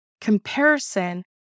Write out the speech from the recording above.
comparison